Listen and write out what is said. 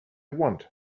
want